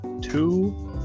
two